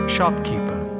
Shopkeeper